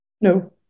No